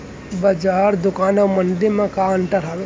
बजार, दुकान अऊ मंडी मा का अंतर हावे?